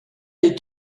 est